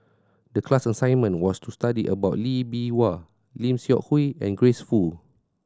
the class assignment was to study about Lee Bee Wah Lim Seok Hui and Grace Fu